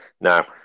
Now